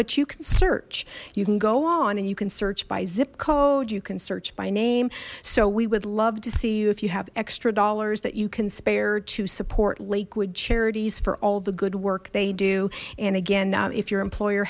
but you can search you can go on and you can search by zip code you can search by name so we would love to see you if you have extra dollars that you can spare to support lakewood charities for all the good work they do and again if your employer